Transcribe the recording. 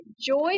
joy